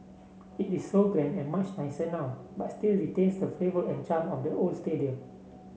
it is so grand and much nicer now but still retains the flavour and charm of the old stadium